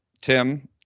Tim